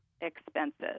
expenses